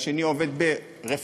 והשני עובד ברפא"ל,